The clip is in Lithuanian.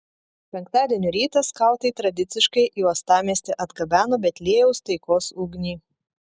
penktadienio rytą skautai tradiciškai į uostamiestį atgabeno betliejaus taikos ugnį